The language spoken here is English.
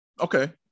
Okay